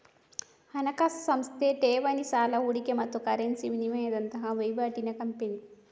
ಹಣಕಾಸು ಸಂಸ್ಥೆ ಠೇವಣಿ, ಸಾಲ, ಹೂಡಿಕೆ ಮತ್ತು ಕರೆನ್ಸಿ ವಿನಿಮಯದಂತಹ ವೈವಾಟಿನ ಕಂಪನಿ